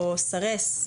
סרס,